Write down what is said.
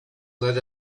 let